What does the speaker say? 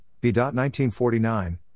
B.1949